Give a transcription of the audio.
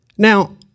Now